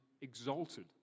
exalted